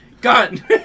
gun